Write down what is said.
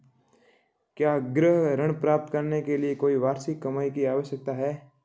क्या गृह ऋण प्राप्त करने के लिए कोई वार्षिक कमाई की आवश्यकता है?